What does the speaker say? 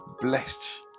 blessed